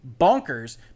bonkers